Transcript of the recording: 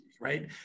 right